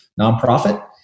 nonprofit